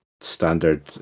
standard